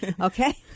Okay